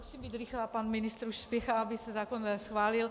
Já musím být rychlá, pan ministr už spěchá, aby se zákon schválil.